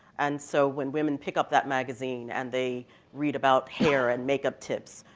and so when women pick up that magazine, and they read about hair and makeup tips,